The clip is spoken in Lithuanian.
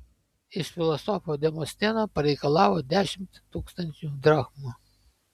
iš filosofo demosteno pareikalavo dešimt tūkstančių drachmų